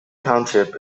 township